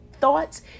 thoughts